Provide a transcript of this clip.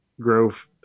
growth